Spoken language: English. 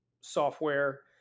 software